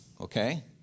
Okay